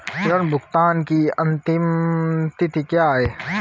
ऋण भुगतान की अंतिम तिथि क्या है?